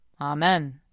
Amen